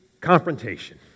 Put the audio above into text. confrontation